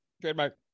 Trademark